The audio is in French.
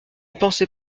pensais